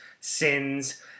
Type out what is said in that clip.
sins